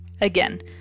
Again